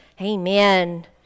Amen